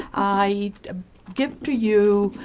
i give to you,